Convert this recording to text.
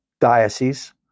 diocese